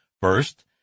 First